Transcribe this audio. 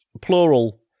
plural